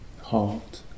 heart